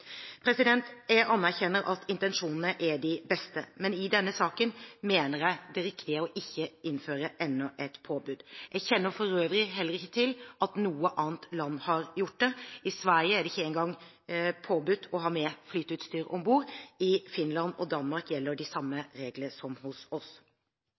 Jeg anerkjenner at intensjonene er de beste, men i denne saken mener jeg det riktige er ikke å innføre enda et påbud. Jeg kjenner for øvrig heller ikke til at noe annet land har gjort det. I Sverige er det ikke engang påbudt å ha med flyteutstyr om bord. I Finland og Danmark gjelder de samme reglene som hos oss.